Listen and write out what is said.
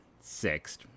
sixth